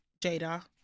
Jada